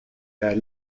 that